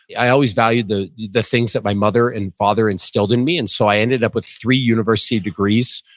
i always valued the the things that my mother and father instilled in me. and so i ended up with three university degrees,